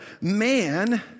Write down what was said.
man